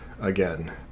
again